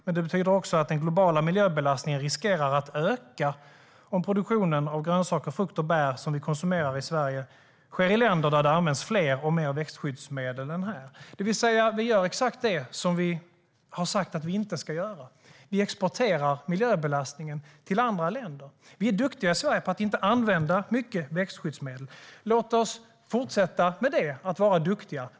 Men det betyder också att den globala miljöbelastningen riskerar att öka om produktionen av grönsaker, frukt och bär, som vi konsumerar i Sverige, sker i länder där det används fler och mer växtskyddsmedel än här. Vi gör då exakt det som vi har sagt att vi inte ska göra. Vi exporterar miljöbelastningen till andra länder. Vi är duktiga i Sverige på att inte använda mycket växtskyddsmedel. Låt oss fortsätta med att vara duktiga!